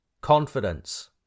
confidence